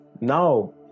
now